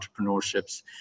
entrepreneurships